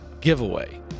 giveaway